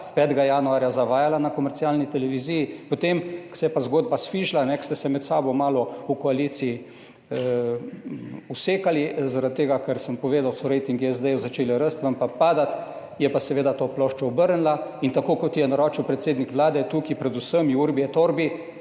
5. januarja zavajala na komercialni televiziji, potem ko se je pa zgodba sfižila, ko ste se med sabo malo v koaliciji usekali zaradi tega, ker sem povedal so rejtingi SD začeli rasti, vam pa padati, je pa seveda to ploščo obrnila in tako kot je naročil predsednik Vlade, tukaj predvsem urbi et orbi,